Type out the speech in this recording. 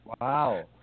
Wow